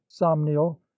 somnial